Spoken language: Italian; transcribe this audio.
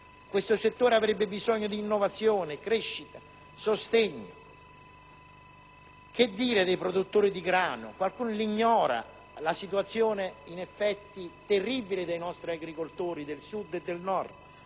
Questo settore avrebbe bisogno di innovazione, crescita, sostegni. Che dire dei produttori di grano - qualcuno li ignora - e della situazione terribile dei nostri agricoltori del Sud e del Nord,